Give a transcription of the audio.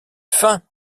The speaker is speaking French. faim